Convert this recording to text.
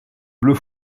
bleu